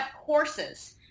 courses